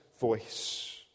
voice